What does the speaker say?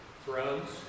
Thrones